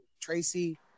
Tracy